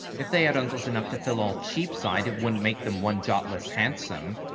if they had uncles enough to fill all cheapside, it wouldn't make them one jot less handsome.